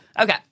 okay